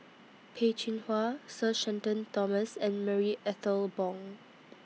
Peh Chin Hua Sir Shenton Thomas and Marie Ethel Bong